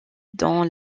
dans